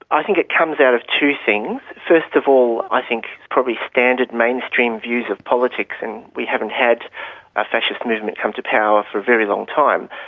i think it comes out of two things. first of all, i think, probably standard, mainstream views of politics. and we haven't had a fascist movement come to power for a very long time.